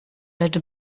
lecz